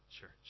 church